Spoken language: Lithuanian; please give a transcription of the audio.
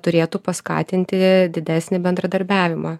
turėtų paskatinti didesnį bendradarbiavimą